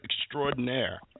extraordinaire